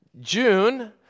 June